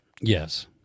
Yes